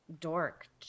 dork